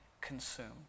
consumed